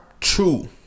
true